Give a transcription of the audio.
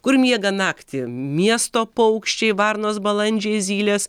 kur miega naktį miesto paukščiai varnos balandžiai zylės